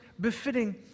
befitting